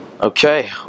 Okay